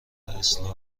اسلو